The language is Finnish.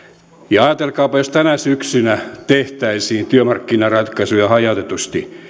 ajatelkaapa että jos tänä syksynä tehtäisiin työmarkkinaratkaisuja hajautetusti